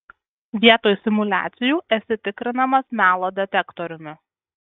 vietoj simuliacijų esi tikrinamas melo detektoriumi